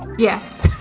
yes.